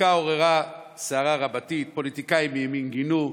הפסיקה עוררה סערה רבתי: פוליטיקאים מימין גינו,